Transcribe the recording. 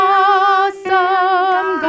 awesome